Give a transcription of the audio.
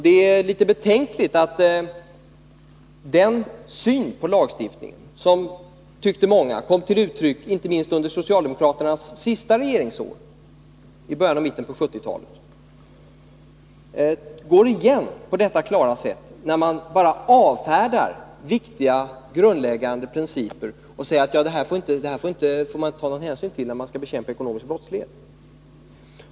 Det är litet betänkligt att den syn på lagstiftning som många tyckte kom till uttryck inte minst under socialdemokraternas sista regeringsår, i början och mitten av 1970-talet, går igen på detta klara sätt — man bara avfärdar viktiga grundläggande principer med att säga att någon hänsyn inte får tas när det gäller att bekämpa ekonomisk brottslighet.